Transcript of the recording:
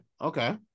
okay